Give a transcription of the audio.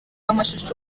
amashusho